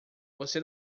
você